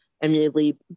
immediately